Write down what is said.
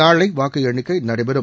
நாளை வாக்கு எண்ணிக்கை நடைபெறும்